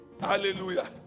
Hallelujah